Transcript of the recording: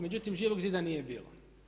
Međutim, Živog zida nije bilo.